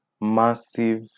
massive